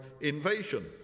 invasion